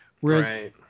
Whereas